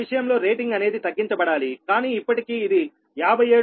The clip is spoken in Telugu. ఆ విషయంలో రేటింగ్ అనేది తగ్గించ బడాలికానీ ఇప్పటికీ ఇది 57